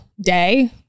day